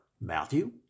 Matthew